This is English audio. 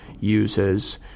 uses